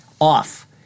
off